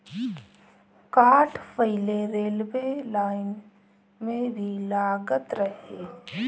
काठ पहिले railway line में भी लागत रहे